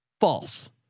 false